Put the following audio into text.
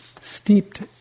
Steeped